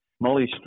Molly